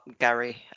Gary